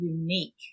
unique